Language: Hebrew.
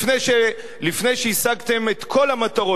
לפני שהשגתם את כל המטרות,